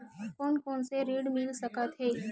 कोन कोन से ऋण मिल सकत हे?